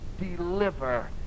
deliver